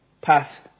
past